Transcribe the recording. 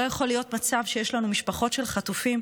לא יכול להיות מצב שיש לנו משפחות של חטופים,